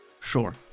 Sure